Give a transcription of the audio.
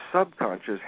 subconscious